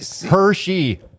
Hershey